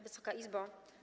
Wysoka Izbo!